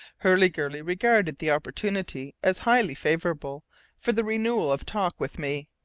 hurliguerly regarded the opportunity as highly favourable for the renewal of talk with me,